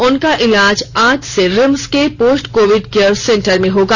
उनका इलाज आज से रिम्स के पोस्ट कोविड केयर सेंटर में होगा